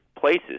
places